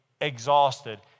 exhausted